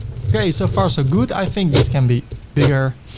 okay. so far so good. i think this can be bigger,